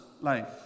life